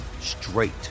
straight